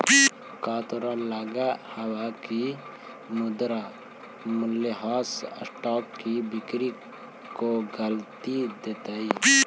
का तोहरा लगअ हवअ की मुद्रा मूल्यह्रास स्टॉक की बिक्री को गती देतई